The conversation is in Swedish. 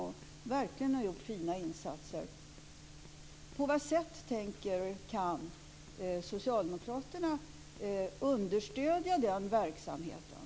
Man har verkligen gjort fina insatser. På vad sätt tänker och kan socialdemokraterna understödja den verksamheten?